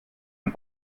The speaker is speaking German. man